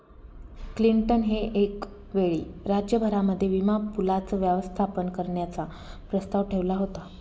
Clinton ने एक वेळी राज्य भरामध्ये विमा पूलाचं व्यवस्थापन करण्याचा प्रस्ताव ठेवला होता